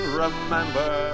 remember